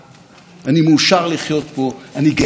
זו מדינה שיש מה להתגאות בה,